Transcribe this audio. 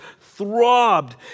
throbbed